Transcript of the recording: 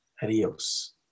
Adios